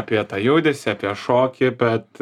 apie tą judesį apie šokį bet